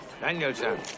Danielson